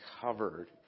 covered